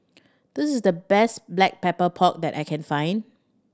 this is the best Black Pepper Pork that I can find